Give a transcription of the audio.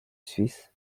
suisse